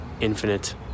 infinite